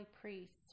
priests